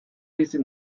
bizi